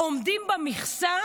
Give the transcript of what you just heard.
עומדים במכסה